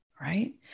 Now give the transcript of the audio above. Right